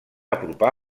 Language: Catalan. apropar